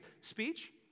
speech